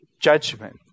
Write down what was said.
judgment